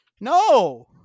No